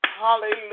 Hallelujah